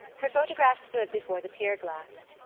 her photograph stood before the pierglass.